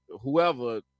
whoever